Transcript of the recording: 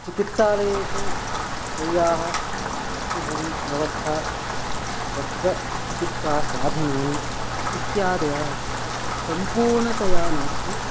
चिकित्सालयेषु शैय्याः आक्सिजन् व्यवस्था शस्त्रचिकित्सा साधनानि इत्यादयः सम्पूर्णतया नास्ति